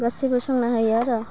गासिबो संनो हायो आरो